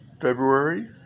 february